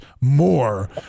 more